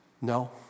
No